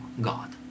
God